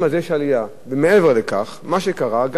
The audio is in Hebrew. מעבר לכך, מה שקרה, גם חוסר הסדר.